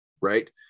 right